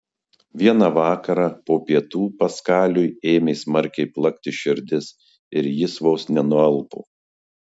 vieną vakarą po pietų paskaliui ėmė smarkiai plakti širdis ir jis vos nenualpo